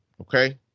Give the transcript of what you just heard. okay